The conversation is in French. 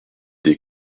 des